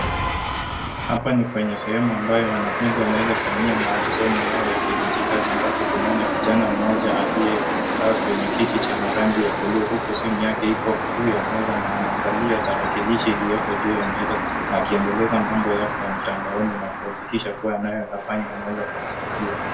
Hapa ni kwenye sehemu ambayo wanafunzi wanaeza fanyia masomo yao ya kidijitali ambapo tunaona kijana mmoja aliyekaa kwenye kiti chenye rangi ya buluu huku simu yake iko juu ya meza na anaangalia tarakilishi iliyoko juu ya meza na akiendelesha mambo yake ya mtandaoni na kuakisha anayoyafanya yanaeza kumsaidia.